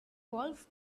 golf